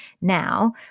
now